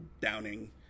downing